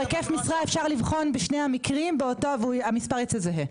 היקף משרה אפשר לבחון בשני המקרים והמספר יצא זהה.